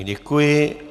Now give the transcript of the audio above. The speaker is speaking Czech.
Děkuji.